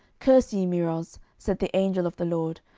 curse ye meroz, said the angel of the lord,